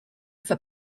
for